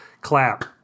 clap